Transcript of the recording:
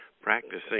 practicing